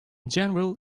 general